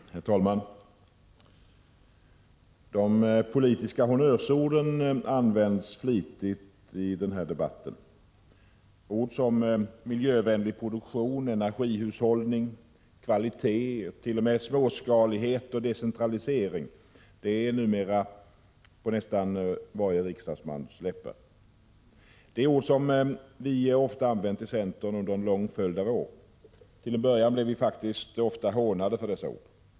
Herr talman! De politiska honnörsorden används flitigt i denna debatt. Ord som miljövänlig produktion, energihushållning, kvalitet och t.o.m. småskalighet och decentralisering är numera på nästan varje riksdagsmans läppar. Det är ord som vi ofta använt i centern under en lång följd av år. Till en början blev vi faktiskt ofta hånade för dessa ord.